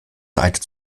seite